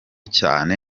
cyane